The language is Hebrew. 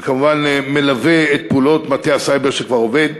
וכמובן מלווה את פעולות מטה הסייבר שכבר עובד.